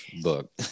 book